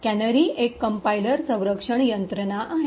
canary एक compiler संरक्षण यंत्रणा आहे